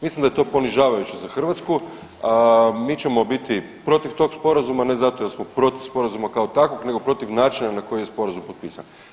Mislim da je to ponižavajuće za Hrvatsku, a mi ćemo biti protiv tog sporazuma ne zato jer smo protiv sporazuma kao takvog, nego protiv načina na koji je sporazum potpisan.